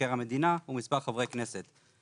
מבקר המדינה ומספר חברי כנסת.